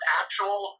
actual